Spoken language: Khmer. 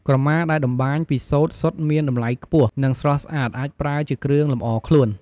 ក្រមាដែលតម្បាញពីសូត្រសុទ្ធមានតម្លៃខ្ពស់ និងស្រស់ស្អាត អាចប្រើជាគ្រឿងលម្អខ្លួន។